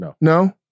No